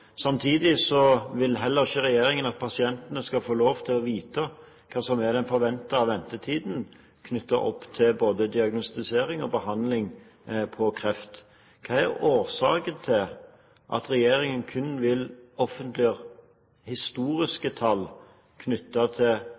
Samtidig vil heller ikke regjeringen at pasientene skal få lov til å vite hva som er den forventede ventetiden knyttet opp til både diagnostisering og behandling av kreft. Hva er årsaken til at regjeringen kun vil offentliggjøre historiske tall knyttet til